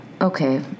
Okay